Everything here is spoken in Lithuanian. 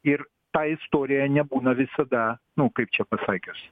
ir ta istorija nebūna visada nu kaip čia pasakius